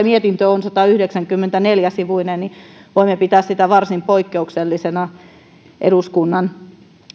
mietintö on satayhdeksänkymmentäneljä sivuinen voimme pitää sitä varsin poikkeuksellisena eduskuntaan